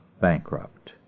bankrupt